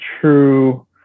true